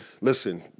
listen